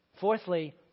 Fourthly